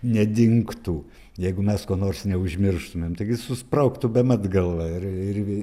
nedingtų jeigu mes ko nors neužmirštumėm taigi susprogtų bemat galva ir ir